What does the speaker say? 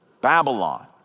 Babylon